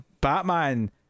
Batman